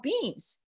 beings